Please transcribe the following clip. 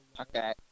Okay